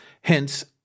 hence